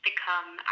become